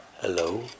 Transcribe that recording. Hello